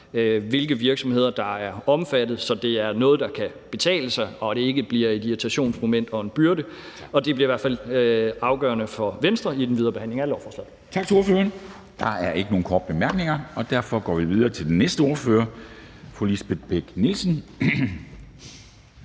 hvilke virksomheder der er omfattet, sådan at det er noget, der kan betale sig for dem, og at det ikke bliver et irritationsmoment og en byrde. Det bliver i hvert fald afgørende for Venstre i den videre behandling af lovforslaget. Kl. 11:25 Formanden (Henrik Dam Kristensen): Tak til ordføreren. Der er ikke nogen korte bemærkninger, og derfor går vi videre til den næste ordfører, fru Lisbeth Bech-Nielsen,